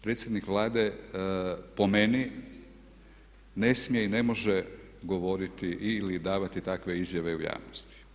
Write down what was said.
Predsjednik Vlade po meni ne smije i ne može govoriti ili davati takve izjave u javnosti.